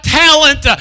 talent